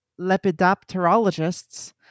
lepidopterologists